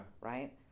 right